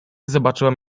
zobaczyłem